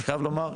חייב לומר,